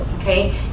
Okay